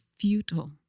futile